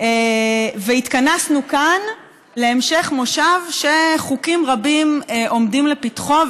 והתכנסנו כאן להמשך מושב כשחוקים רבים עומדים לפתחנו,